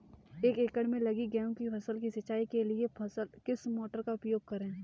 एक एकड़ में लगी गेहूँ की फसल की सिंचाई के लिए किस मोटर का उपयोग करें?